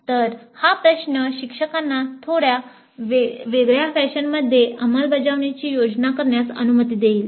तर हा प्रश्न शिक्षकांना थोडी वेगळ्या फॅशनमध्ये अंमलबजावणीची योजना करण्यास अनुमती देईल